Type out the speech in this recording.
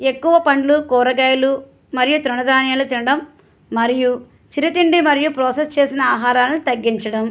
ఎక్కువ పండ్లు కూరగాయలు మరియు తృణధాన్యాలు తినడం మరియు చిరుతిండి మరియు ప్రోసస్ చేసిన ఆహారాలను తగ్గించడం